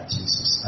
Jesus